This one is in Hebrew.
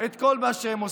את כל מה שהם עושים,